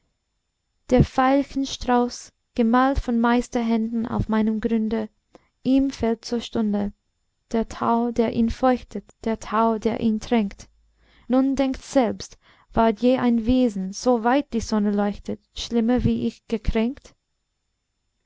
der veilchenstrauß gemalt von meisterhänden auf meinem grunde ihm fehlt zur stunde der tau der ihn feuchtet der tau der ihn tränkt nun denkt selbst ward je ein wesen so weit die sonne leuchtet schlimmer wie ich gekränkt